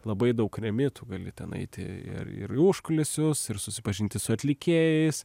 labai daug remi tu gali nueiti ir ir į užkulisius ir susipažinti su atlikėjais